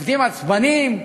עובדים עצבנים?